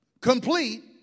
complete